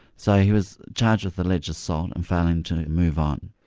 so he was charged with alleged assault and failing to move on.